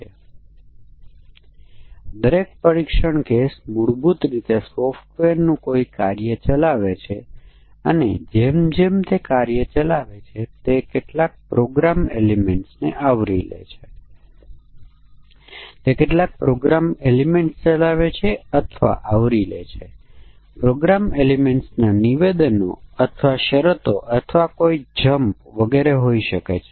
અને જો તમને સમકક્ષ વર્ગ પાર્ટીશનમાં યાદ હોય તો આપણે ઇનપુટ ડેટાને વર્ગો તરીકે મોડેલ કરીએ છીએ અને પછી આપણે કહ્યું તે આધાર દરેક વર્ગમાંથી એક મૂલ્યનું પરીક્ષણ કરવું એ વર્ગના તમામ મૂલ્યોનું પરીક્ષણ કરવા જેટલું સારું છે